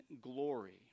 glory